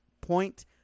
point